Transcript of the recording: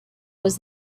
was